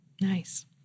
Nice